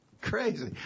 Crazy